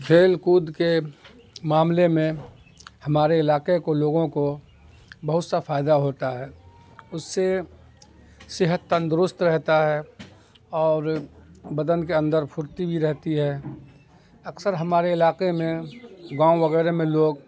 کھیل کود کے معاملے میں ہمارے علاقے کو لوگوں کو بہت سا فائدہ ہوتا ہے اس سے صحت تندرست رہتا ہے اور بدن کے اندر پھرتی بھی رہتی ہے اکثر ہمارے علاقے میں گاؤں وغیرہ میں لوگ